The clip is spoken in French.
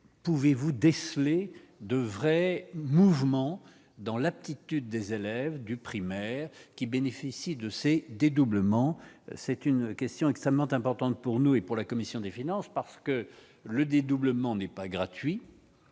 pouvez-vous décelé devrait mouvement dans l'aptitude des élèves du primaire qui bénéficient de C. dédoublement, c'est une question extrêmement importante pour nous et pour la commission des finances, parce que le dédoublement n'est pas gratuit,